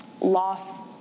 loss